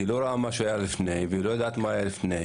היא לא רואה מה שהיה לפני והיא לא יודעת מה היה לפני.